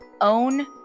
Own